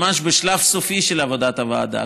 ממש בשלב הסופי של עבודת הוועדה,